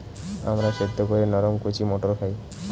আমরা সেদ্ধ করে নরম কচি মটর খাই